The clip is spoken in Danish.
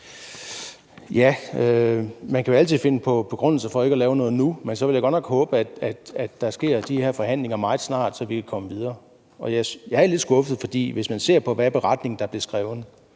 Man kan jo altid finde på begrundelser for ikke at lave noget nu, men så vil jeg godt nok håbe, at de her forhandlinger sker meget snart, så vi kan komme videre. Og jeg er lidt skuffet, for hvis man ser på, hvad beretning der blev skrevet,